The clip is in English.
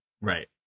Right